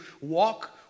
walk